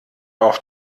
auf